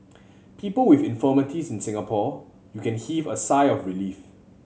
people with infirmities in Singapore you can heave a sigh of relief